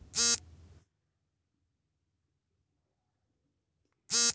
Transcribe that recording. Online ನಲ್ಲಿ ನಾನು ನನ್ನ ಕೆ.ವೈ.ಸಿ ನವೀಕರಣ ಮಾಡುವಾಗ ಡಿಜಿಟಲ್ ಸಹಿ ಸಾಕಾಗುತ್ತದೆಯೇ?